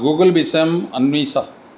Google विषयम् अन्विष